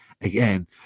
again